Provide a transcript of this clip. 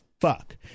fuck